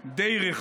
על כלום.